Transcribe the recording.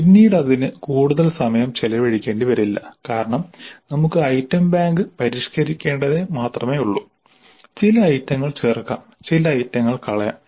പിന്നീടിതിന് കൂടുതൽ സമയം ചെലവഴിക്കേണ്ടി വരില്ല കാരണം നമുക്ക് ഐറ്റം ബാങ്ക് പരിഷ്കരിക്കേണ്ടതു മാത്രമേ ഉള്ളൂ ചില ഐറ്റങ്ങൾ ചേർക്കാം ചില ഐറ്റങ്ങൾ കളയാം